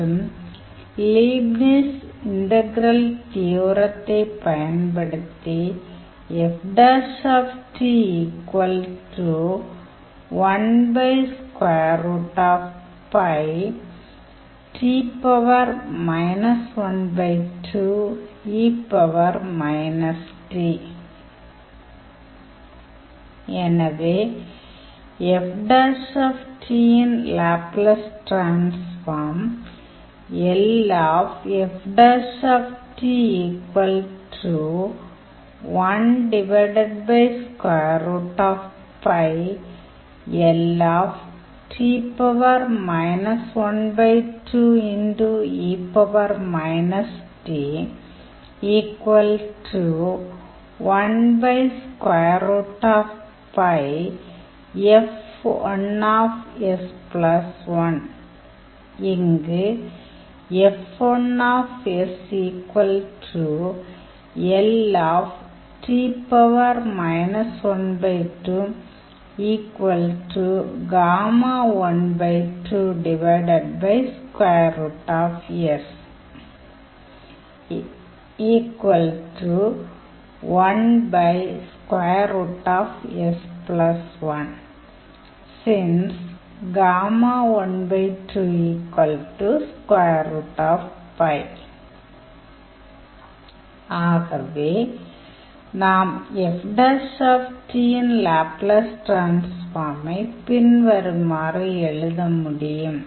மற்றும் Leibniz integral தியோரத்தை பயன்படுத்தி எனவே F யின் லேப்லஸ் டிரான்ஸ்ஃபார்ம் இங்கு ஆகவே நாம் F யின் லேப்லஸ் டிரான்ஸ்ஃபார்மை பின்வருமாறு எழுத முடியும்